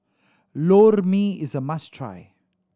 Lor Mee is a must try